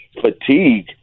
fatigue